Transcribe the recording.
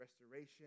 restoration